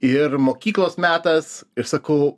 ir mokyklos metas ir sakau